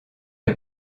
est